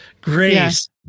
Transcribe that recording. Grace